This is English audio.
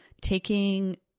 taking